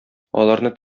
аларны